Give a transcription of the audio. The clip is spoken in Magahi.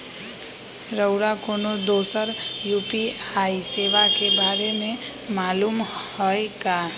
रउरा कोनो दोसर यू.पी.आई सेवा के बारे मे मालुम हए का?